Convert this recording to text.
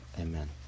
Amen